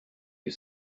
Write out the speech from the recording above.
you